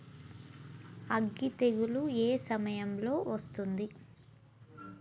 అగ్గి తెగులు ఏ సమయం లో వస్తుంది?